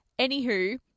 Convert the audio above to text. Anywho